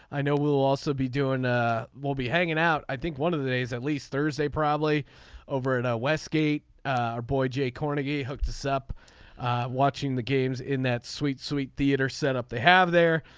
i know we will also be doing we'll be hanging out. i think one of the days at least thursday probably over an hour ah west gate boy jay kornegay hooked us up watching the games in that sweet sweet theater setup they have there.